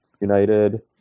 United